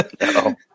No